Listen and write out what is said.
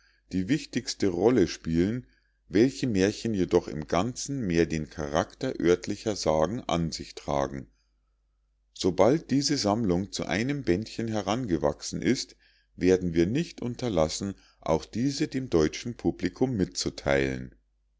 die wichtigste rolle spielen welche mährchen jedoch im ganzen mehr den charakter örtlicher sagen an sich tragen sobald diese sammlung zu einem bändchen herangewachsen ist werden wir nicht unterlassen auch diese dem deutschen publicum mitzutheilen